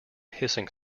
hissing